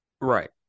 Right